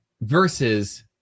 versus